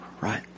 right